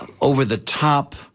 over-the-top